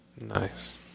nice